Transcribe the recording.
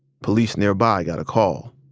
police nearby got a call.